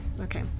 Okay